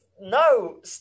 no